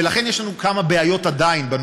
ולכן, יש לנו עדיין כמה בעיות בנוסח: